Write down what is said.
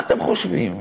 מה אתם חושבים,